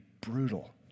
brutal